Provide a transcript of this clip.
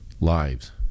lives